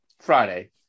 Friday